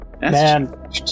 man